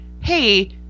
hey